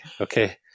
okay